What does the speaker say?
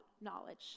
knowledge